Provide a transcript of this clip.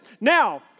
Now